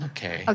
Okay